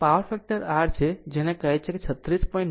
આમ power factor r છે જેને તે કહે છે તે 36